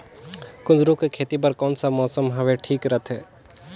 कुंदूरु के खेती बर कौन सा मौसम हवे ठीक रथे?